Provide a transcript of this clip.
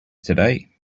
today